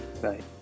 Bye